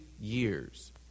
years